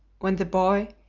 when the boy,